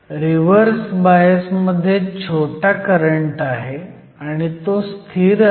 reverse bias मध्ये छोटा current आहे आणि तो स्थिर आहे